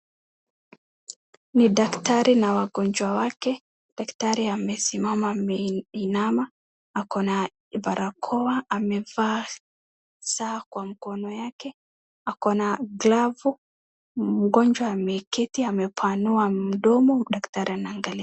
Ni daktari na wagonjwa wake daktari amesimama ameinama ako na barakoa amevaa saa kwa mkono yake ako na glavu mgonjwa ameketi amepanua mdomo daktari anaangalia.